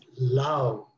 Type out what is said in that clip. love